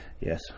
Yes